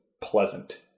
pleasant